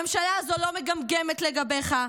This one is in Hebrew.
הממשלה הזו לא מגמגמת לגביך.